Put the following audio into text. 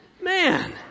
Man